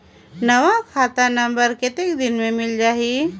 नवा खाता नंबर कतेक दिन मे मिल जाही?